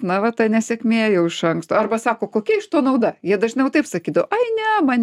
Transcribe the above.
na va ta nesėkmė jau iš anksto arba sako kokia iš to nauda jie dažniau taip sakydavo ai ne man